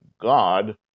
God